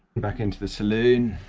back into the saloon,